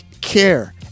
care